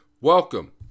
Welcome